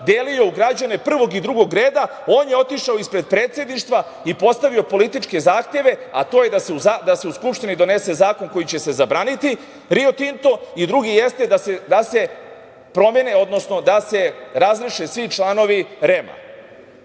delio u građane prvog i drugog reda. On je otišao ispred predsedništva i postavio političke zahteve, a to je da se u Skupštini donese zakon kojim će se zabraniti „Rio Tinto“ i drugi jeste da se promene, odnosno da se razreše svi članovi REM-a.